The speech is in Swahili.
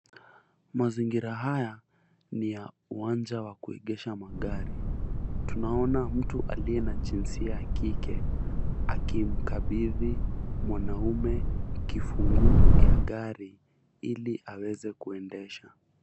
Mazingira haya ni ya uwanja wa kuegesha magari. Tunaona mtu aliye na jinsia ya kike akimkabidhi mwanaume kifunguu ya gari ili aweze kuendesha.